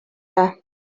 dda